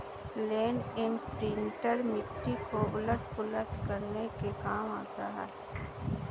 land imprinter मिट्टी को उलट पुलट करने के काम आता है